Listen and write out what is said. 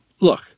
Look